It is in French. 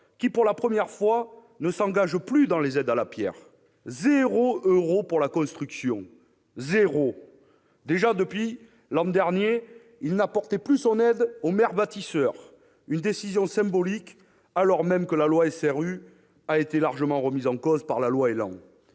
qui, pour la première fois, ne s'engage plus dans les aides à la pierre : zéro euro pour la construction ! Déjà, depuis l'an dernier, il n'apportait plus son aide aux maires bâtisseurs. Une décision symbolique, alors même que la loi SRU a été largement remise en cause par la loi ÉLAN.